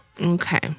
okay